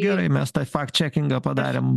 gerai mes tą fakt čekingą padarėm